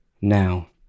now